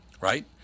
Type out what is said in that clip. right